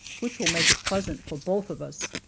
which will make it pleasant for both of us.